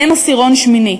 הם עשירון שמיני.